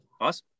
Awesome